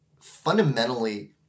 fundamentally